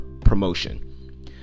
promotion